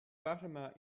fatima